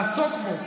לעסוק בו,